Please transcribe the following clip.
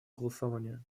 голосования